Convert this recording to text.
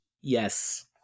Yes